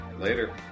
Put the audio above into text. Later